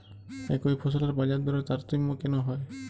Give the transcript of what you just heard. একই ফসলের বাজারদরে তারতম্য কেন হয়?